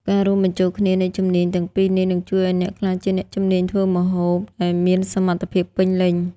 ការរួមបញ្ចូលគ្នានៃជំនាញទាំងពីរនេះ នឹងជួយឱ្យអ្នកក្លាយជាអ្នកជំនាញធ្វើម្ហូបដែលមានសមត្ថភាពពេញលេញ។